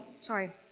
sorry